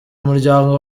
umuryango